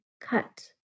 cut